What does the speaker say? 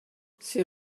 c’est